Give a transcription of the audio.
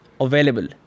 available